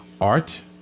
art